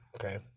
okay